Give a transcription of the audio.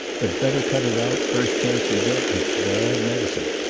but better cut it out, first chance you get. it's bad medicine.